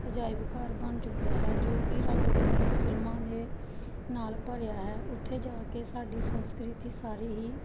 ਅਜਾਇਬ ਘਰ ਬਣ ਚੁੱਕਿਆ ਹੈ ਜੋ ਕਿ ਰੰਗ ਬਿਰੰਗੀਆਂ ਫਿਲਮਾਂ ਦੇ ਨਾਲ ਭਰਿਆ ਹੈ ਉੱਥੇ ਜਾ ਕੇ ਸਾਡੀ ਸੰਸਕ੍ਰਿਤੀ ਸਾਰੀ ਹੀ